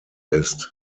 ist